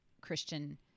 christian